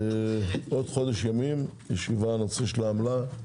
עוד חודש ימים, ישיבה בנושא העמלה.